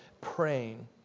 praying